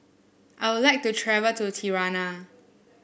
I would like to travel to Tirana